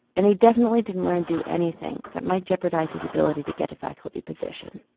and he definitely didn't want to do anything that might jeopardise his ability to get a faculty position.